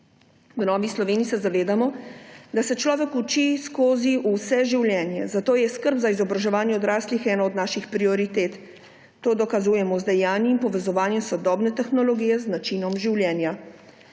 V Novi Sloveniji se zavedamo, da se človek uči skozi vse življenje, zato je skrb za izobraževanje odraslih ena od naših prioritet. To dokazujemo z dejanji in povezovanjem sodobne tehnologije z načinom življenja.